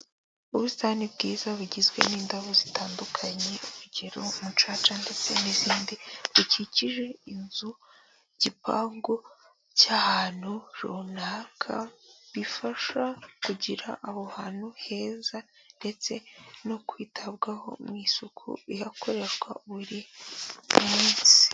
Ubusitani bwiza bugizwe n'indabo zitandukanye, urugero umucaca ndetse n'izindi, bikikije inzu, igipangu cy'ahantu runaka, bifasha kugira aho hantu heza, ndetse no kwitabwaho mu isuku ihakorerwa buri munsi.